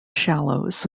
shallows